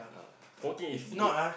yeah smoking is good